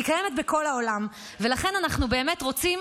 היא קיימת בכל העולם, ולכן אנחנו באמת רוצים